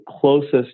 closest